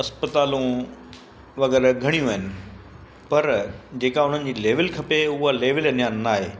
अस्पतालूं वग़ैरह घणियूं आहिनि पर जे का उन्हनि जी लेवल खपे उहा लेवल अञा नाहे